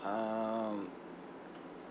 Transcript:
um